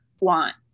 want